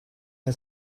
het